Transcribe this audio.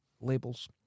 labels